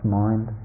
mind